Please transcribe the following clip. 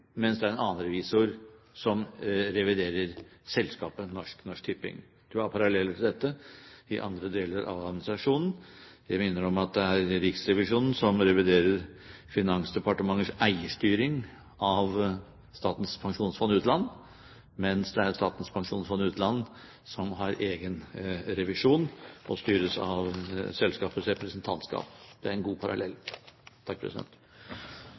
mens det er en annen revisor som reviderer selskapet Norsk Tipping. En har paralleller til dette i andre deler av administrasjonen. Jeg minner om at det er Riksrevisjonen som reviderer Finansdepartementets eierstyring av Statens pensjonsfond utland, mens det er Statens pensjonsfond utland som har egen revisjon og styres av selskapets representantskap. Det er en god parallell.